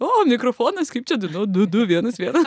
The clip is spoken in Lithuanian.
o mikrofonas kaip čia dainuot du du vienas vienas